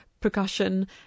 percussion